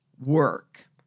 work